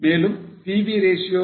மேலும் PV ratio வாக 0